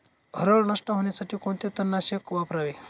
हरळ नष्ट होण्यासाठी कोणते तणनाशक वापरावे?